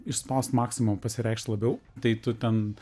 išspaus maksimumą pasireikš labiau tai tu ten